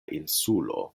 insulo